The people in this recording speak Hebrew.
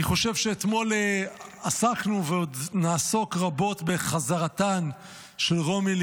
אני חושב שאתמול עסקנו ועוד נעסוק רבות בחזרתן של רומי,